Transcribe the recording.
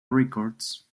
records